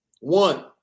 One